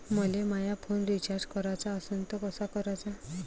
मले माया phone recharge कराचा असन तर कसा कराचा?